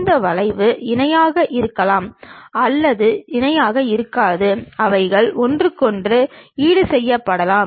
இந்த வளைவுகள் இணையாக இருக்கலாம் அல்லது இணையாக இருக்காது அவைக ள் ஒன்றுக்கொன்று ஈடுசெய்யப்படலாம்